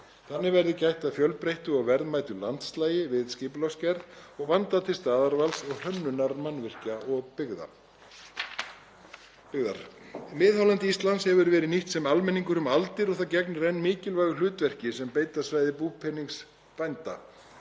Þannig verði gætt að fjölbreyttu og verðmætu landslagi við skipulagsgerð og vandað til staðarvals og hönnunar mannvirkja og byggðar. Miðhálendi Íslands hefur verið nýtt sem almenningur um aldir og það gegnir enn mikilvægu hlutverki sem beitarsvæði fyrir bændur.